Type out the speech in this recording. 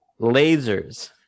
Lasers